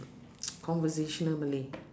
conversational malay